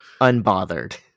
unbothered